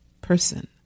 person